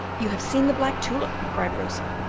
you have seen the black tulip! cried rosa,